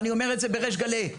ואני אומר את זה בריש גלי,